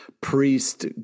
priest